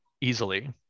easily